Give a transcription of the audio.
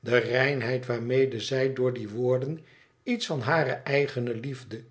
de reinheid waarmede zij door die woorden iets van hare eigene liefde